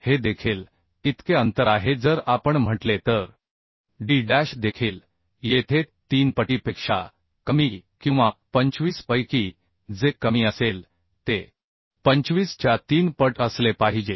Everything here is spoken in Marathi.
हे देखील इतके अंतर आहे जर आपण म्हटले तर d डॅश देखील येथे तीन पटीपेक्षा कमी किंवा 25 पैकी जे कमी असेल ते 25 च्या तीन पट असले पाहिजे